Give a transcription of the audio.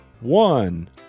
one